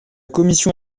commission